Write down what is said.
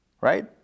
right